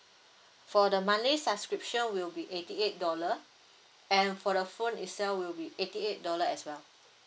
for the monthly subscription will be eighty eight dollar and for the phone itself will be eighty eight dollar as well